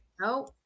No